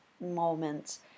moments